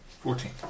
Fourteen